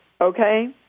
okay